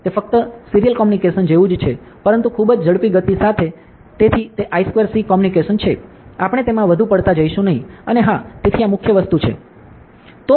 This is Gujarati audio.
તે ફક્ત સીરીયલ કમ્યુનિકેશન જેવું છે પરંતુ ખૂબ જ ઝડપી ગતિ સાથે તેથી તે I2C કોમ્યુનિકેશન છે આપણે તેમાં વધુ પડતા જઈશું નહીં અને હા તેથી આ મુખ્ય વસ્તુ છે સરસ